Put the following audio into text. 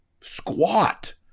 squat